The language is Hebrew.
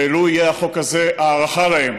ולו יהיה החוק הזה הערכה להם,